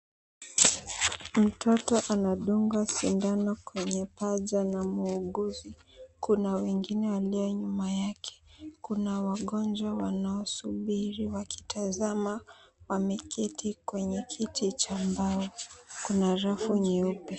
Mtoto anadungwa sindano kwenye paja na muuguzi. Kuna mwingine aliye nyuma yake. Kuna wagonjwa wanaosubiri wakitazama, wameketi kwenye kiti cha mbao. Kuna rafu nyeupe.